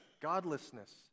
godlessness